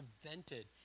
prevented